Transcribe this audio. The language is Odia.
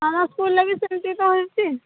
ଆମ ସ୍କୁଲ୍ରେ ବି ସେମତି କ'ଣ ହେଇଛି